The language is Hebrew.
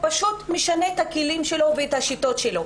הוא פשוט משנה את הכלים שלו ואת השיטות שלו.